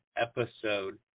episode